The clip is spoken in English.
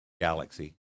galaxy